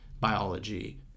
biology